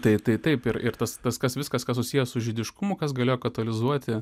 tai taip ir ir tas tas kas viskas kas susiję su žydiškumu kas galėjo katalizuoti